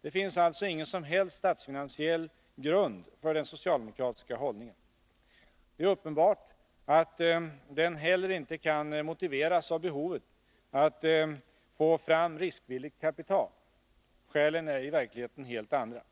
Det finns alltså ingen som helst statsfinansiell grund för den socialdemokratiska hållningen. Det är uppenbart att den inte heller kan motiveras av behovet att få fram riskvilligt kapital. Skälen är i verkligheten helt andra.